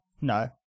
no